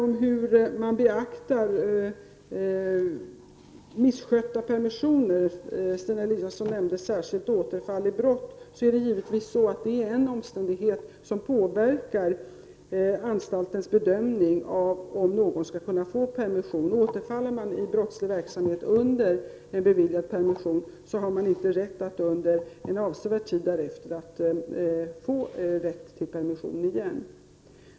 Misskötta permissioner — Stina Eliasson nämnde särskilt frågan om återfall i brott — är givetvis en omständighet som påverkar anstaltens bedömning huruvida någon skall kunna få permission. Återfaller man i brottslig verksamhet under en beviljad permission, har man inte rätt att under en avsevärd tid därefter få rätt till permission igen.